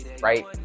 right